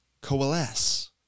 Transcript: coalesce